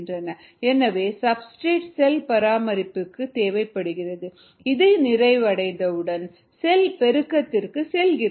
எனவே substrate cell பராமரிப்புக்கு செல்கிறது இது நிறைவு அடைந்தவுடன் செல் பெருக்கத்திற்கு செல்கிறது